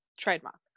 Trademark